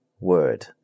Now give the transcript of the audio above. word